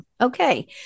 okay